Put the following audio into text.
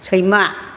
सैमा